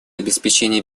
обеспечения